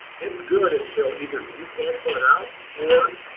it's good until either you cancel it out or,